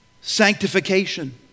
sanctification